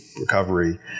recovery